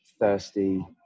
thirsty